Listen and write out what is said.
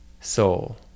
soul